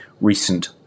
recent